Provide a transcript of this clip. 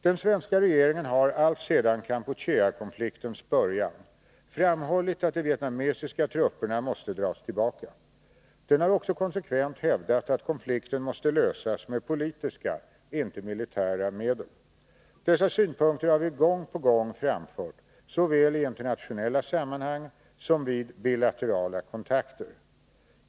Den svenska regeringen har alltsedan Kampucheakonfliktens början framhållit att de vietnamesiska trupperna måste dras tillbaka. Den har också konsekvent hävdat att konflikten måste lösas med politiska, inte militära medel. Dessa synpunkter har vi gång på gång framfört såväl i internationella sammanhang som vid bilaterala kontakter.